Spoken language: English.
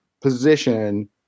position